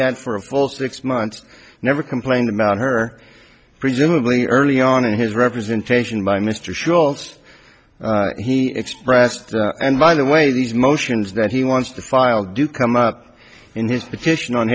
had for a full six months never complained about her presumably early on in his representation by mr schultz he expressed and by the way these motions that he wants to file do come up in his petition on